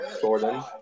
Jordan